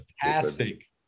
fantastic